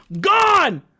gone